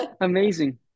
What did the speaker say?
Amazing